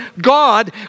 God